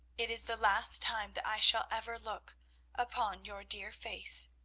it is the last time that i shall ever look upon your dear face!